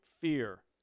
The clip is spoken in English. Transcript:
fear